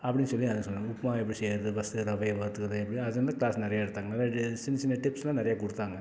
அப்படின்னு சொல்லி உப்மா எப்படி செய்யறது ஃபர்ஸ்ட்டு ரவையை வறுத்துக்குறது எப்படி அது வந்து க்ளாஸ் நிறையா எடுத்தாங்க சின்ன சின்ன டிப்ஸ் எல்லாம் நிறையா கொடுத்தாங்க